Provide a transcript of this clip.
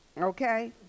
okay